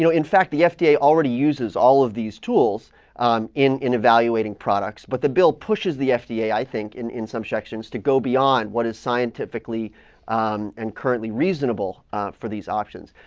you know in fact, the fda already uses all of these tools um in in evaluating products, but the bill pushes pushes the fda, i think, in in some sections, to go beyond what is scientifically and currently reasonable for these options.